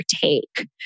take